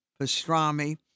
pastrami